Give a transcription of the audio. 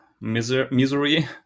misery